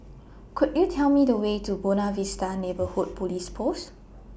Could YOU Tell Me The Way to Buona Vista Neighbourhood Police Post